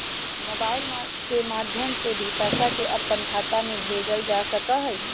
mobile के माध्यम से भी पैसा के अपन खाता में भेजल जा सका हई